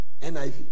NIV